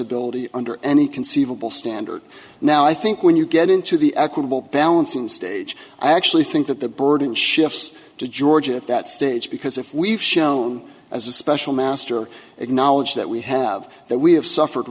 ability under any conceivable standard now i think when you get into the equitable balancing stage i actually think that the burden shifts to george if that stage because if we've shown as a special master acknowledge that we have that we have suffered